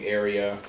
area